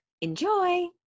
Enjoy